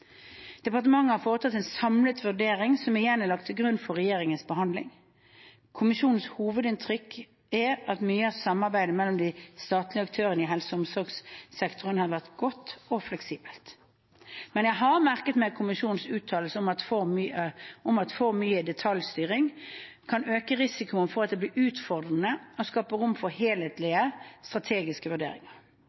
Departementet har foretatt en samlet vurdering, som igjen er lagt til grunn for regjeringens behandling. Kommisjonens hovedinntrykk er at mye av samarbeidet mellom de statlige aktørene i helse- og omsorgssektoren har vært godt og fleksibelt. Men jeg har merket meg kommisjonens uttalelse om at for mye detaljstyring kan øke risikoen for at det kan bli utfordrende å skape rom for helhetlige og strategiske vurderinger.